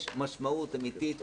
יש משמעות אמיתית,